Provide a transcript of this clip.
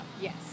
Yes